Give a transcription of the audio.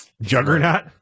juggernaut